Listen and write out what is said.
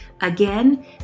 Again